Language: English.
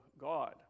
God